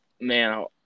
man